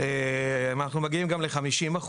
אנחנו מגיעים גם ל-50%,